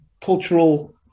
cultural